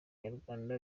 nyarwanda